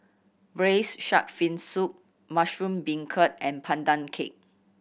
Braised Shark Fin Soup mushroom beancurd and Pandan Cake